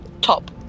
top